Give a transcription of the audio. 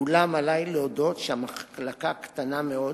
אולם עלי להודות שהמחלקה קטנה מאוד